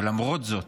ולמרות זאת,